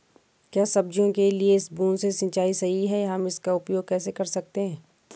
क्या सब्जियों के लिए बूँद से सिंचाई सही है हम इसका उपयोग कैसे कर सकते हैं?